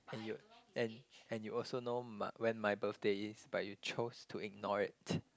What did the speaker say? and you and and you also know my when my birthday is but you chose to ignore it